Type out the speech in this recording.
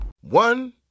One